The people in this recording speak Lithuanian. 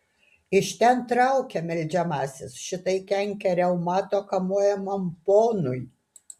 iš ten traukia meldžiamasis šitai kenkia reumato kamuojamam ponui